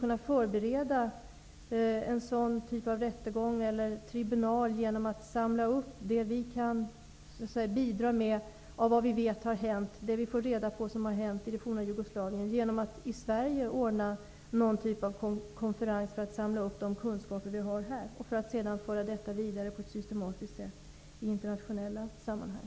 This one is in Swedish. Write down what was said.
Jag tror att en sådan typ av rättegång eller tribunal skulle kunna förberedas genom att vi här samlar upp det vi kan bidra med, den kunskap som finns här om vad som har hänt i det forna Jugoslavien. Det kunde ske genom att vi i Sverige ordnade någon typ av konferens för att samla upp de kunskaper som finns här, så att detta sedan kan föras vidare på ett systematiskt sätt i internationella sammanhang.